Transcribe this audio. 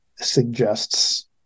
suggests